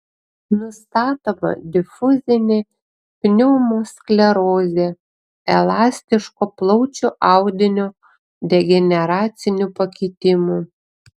nustatoma difuzinė pneumosklerozė elastiško plaučių audinio degeneracinių pakitimų